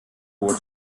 what